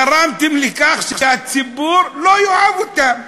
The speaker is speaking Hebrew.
גרמתם לכך שהציבור לא יאהב אותם.